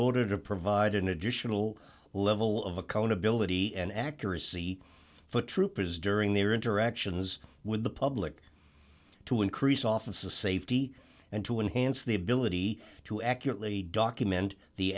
order to provide an additional level of accountability and accuracy for troopers during their interactions with the public to increase office a safety and to enhance the ability to accurately document the